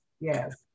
yes